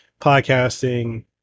podcasting